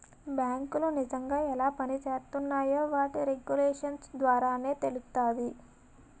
బేంకులు నిజంగా ఎలా పనిజేత్తున్నాయో వాటి రెగ్యులేషన్స్ ద్వారానే తెలుత్తాది